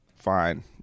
fine